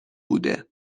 بوده